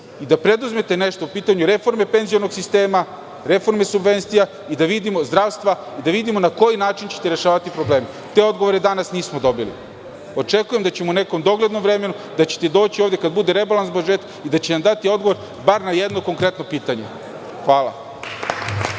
da preduzmete nešto i po pitanju reforme penzionog sistema, reforme zdravstva i da vidimo na koji način ćete rešavati probleme. Te odgovore danas nismo dobili. Očekujem da ćete u nekom doglednom vremenu doći ovde kada bude rebalans budžeta i da ćete nam dati odgovor bar na jedno konkretno pitanje. Hvala.